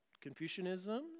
Confucianism